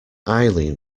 eileen